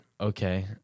Okay